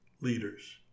leaders